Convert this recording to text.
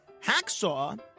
hacksaw